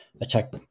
attack